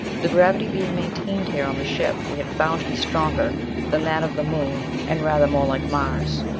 the gravity being maintained here on the ship we had found to be stronger than that of the moon and rather more like mars.